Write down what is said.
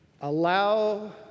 allow